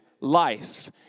life